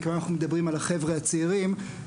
אם כבר מדברים על החבר'ה הצעירים,